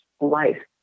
life